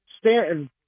Stanton